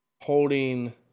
holding